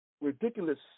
ridiculous